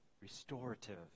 restorative